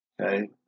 Okay